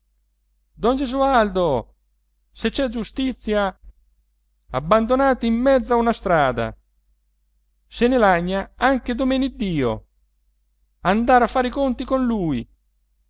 don gesualdo se c'è giustizia abbandonati in mezzo a una strada se ne lagna anche domeneddio andare a fare i conti con lui